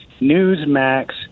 Newsmax